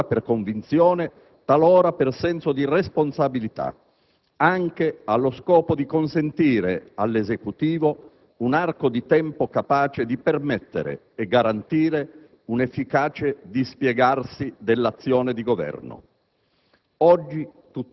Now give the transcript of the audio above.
L'ho fatto talora per convinzione, talora per senso di responsabilità, anche allo scopo di consentire all'Esecutivo un arco di tempo capace di permettere e garantire un efficace dispiegarsi dell'azione di Governo.